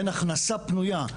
בין הכנסה פנויה,